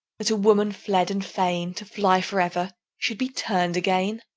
that a woman fled, and fain to fly for ever, should be turned again!